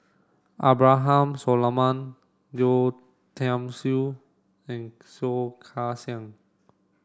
Abraham Solomon Yeo Tiam Siew and Soh Kay Siang